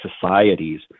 societies